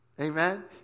Amen